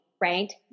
right